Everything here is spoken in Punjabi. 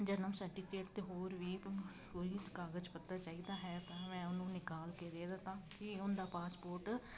ਜਨਮ ਸਰਟੀਫਿਕੇਟ ਤੇ ਹੋਰ ਵੀ ਕੋਈ ਕਾਗਜ ਪੱਤਰ ਚਾਹੀਦਾ ਹੈ ਤਾਂ ਮੈਂ ਉਹਨੂੰ ਨਿਕਾਲ ਕੇ ਦੇ ਦਿੱਤਾ ਕੀ ਉਹਦਾ ਪਾਸਪੋਰਟ